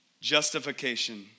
justification